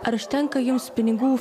ar užtenka jums pinigų